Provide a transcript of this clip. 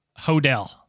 Hodel